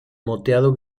moteado